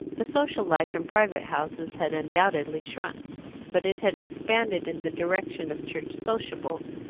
the social life in private houses had undoubtedly shrunk but it had expanded in the direction of church sociables,